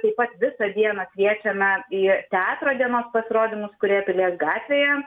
taip pat visą dieną kviečiame į teatro dienos pasirodymus kurie pilies gatvėje